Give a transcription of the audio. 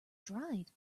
dried